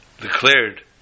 declared